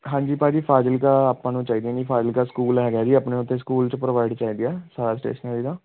ਹਾਂਜੀ ਭਾਅ ਜੀ ਫਾਜ਼ਿਲਕਾ ਆਪਾਂ ਨੂੰ ਚਾਹੀਦੀਆਂ ਜੀ ਫਾਜ਼ਿਲਕਾ ਸਕੂਲ ਹੈਗਾ ਜੀ ਆਪਣੇ ਉੱਥੇ ਸਕੂਲ 'ਚ ਪ੍ਰੋਵਾਈਡ ਚਾਹੀਦੀਆਂ ਸਾਰਾ ਸਟੇਸ਼ਨਰੀ ਦਾ